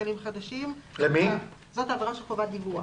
שקלים חדשים," זאת עבירה של חובת דיווח.